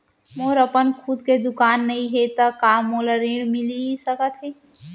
मोर अपन खुद के दुकान नई हे त का मोला ऋण मिलिस सकत?